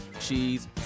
Cheese